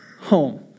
Home